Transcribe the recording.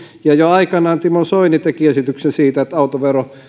ja jo aikanaan timo soini teki esityksen siitä että autovero